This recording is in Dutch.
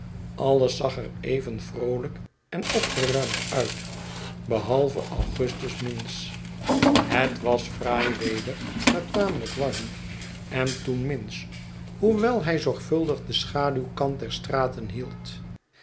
alles zag er even vroolijk en opgeruimd uit behalve augustus minns het was fraai weder maar tamelijk warm en toen minns hoewel hij zorgvuldig den schaduwkant der straten hield